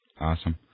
Awesome